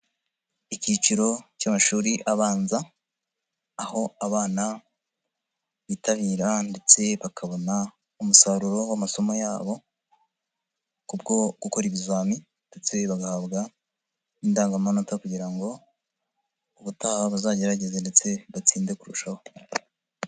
Ikiciro cy'amashuri abanza, aho abana bitabira ndetse bakabona umusaruro w'amasomo yabo kubwo gukora ibizamini ndetse bagahabwa indangamanota kugira ngo ubutaha bazagerageze ndetse batsinde kurushaho.